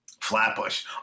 Flatbush